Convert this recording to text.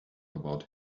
about